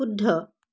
শুদ্ধ